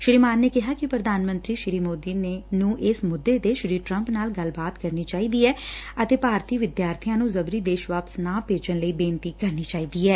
ਸ੍ਰੀ ਮਾਨ ਨੇ ਕਿਹਾ ਕਿ ਪ੍ਰਧਾਨ ਮੰਤਰੀ ਸ੍ਰੀ ਮੋਦੀ ਨੂੰ ਇਸ ਮੁੱਦੇ ਤੇ ਸ੍ਰੀ ਟਰੰਪ ਨਾਲ ਗੱਲਬਾਤ ਕਰਨੀ ਚਾਹੀਦੀ ਐ ਅਤੇ ਭਾਰਤੀ ਵਿਦਿਆਰਥੀਆ ਨੂੰ ਜਬਰੀ ਦੇਸ਼ ਵਾਪਸ ਨਾ ਭੇਜਣ ਲਈ ਬੇਨਰੀ ਕਰਨੀ ਚਾਹੀਦੀ ਐ